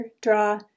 draw